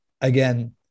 again